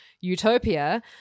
utopia